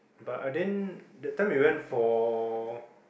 but I didn't that time we went for